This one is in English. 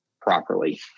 properly